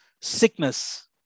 sickness